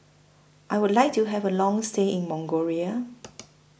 I Would like to Have A Long stay in Mongolia